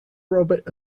robert